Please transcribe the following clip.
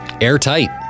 Airtight